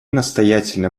настоятельно